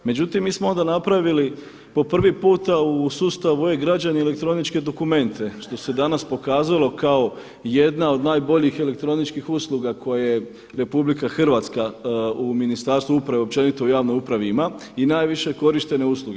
Međutim, mi smo onda napravili po prvi puta u sustavu e-građani elektroničke dokumente što se danas pokazalo kao jedna od najboljih elektroničkih usluga koje RH u Ministarstvu uprave općenito u javnoj upravi ima i najviše korištene usluge.